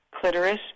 clitoris